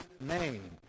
name